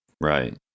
Right